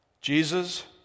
Jesus